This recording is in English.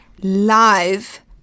live